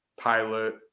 Pilot